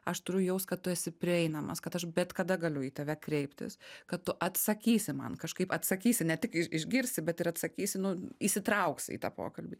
aš turiu jaust kad tu esi prieinamas kad aš bet kada galiu į tave kreiptis kad tu atsakysi man kažkaip atsakysi ne tik iš išgirsti bet ir atsakysi nu įsitrauksi į tą pokalbį